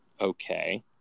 Okay